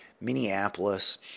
Minneapolis